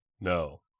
No